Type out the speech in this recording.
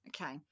Okay